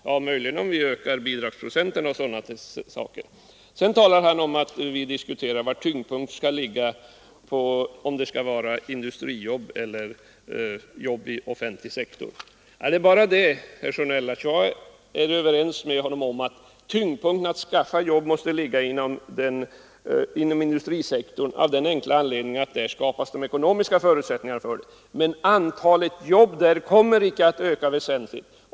Ja, möjligen om vi genomför sådana åtgärder som att öka bidragsprocenten. Sedan diskuterar han var tyngdpunkten skall ligga — om det skall vara industrijobb eller jobb i den offentliga sektorn. Jag är överens med herr Sjönell om att tyngdpunkten när det gäller att skaffa jobb måste ligga inom industrisektorn av den enkla anledningen att där skapas de ekonomiska förutsättningarna. Men antalet jobb där kommer icke att öka väsentligt.